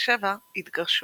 1927 התגרשו.